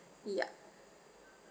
yup